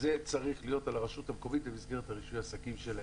שזה צריך להיות על הרשות המקומית במסגרת רישוי העסקים שלהם.